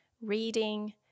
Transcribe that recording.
reading